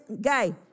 Guy